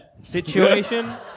situation